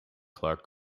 clark